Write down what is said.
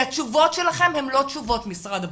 התשובות שלכם הן לא תשובות, משרד הבריאות.